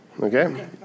okay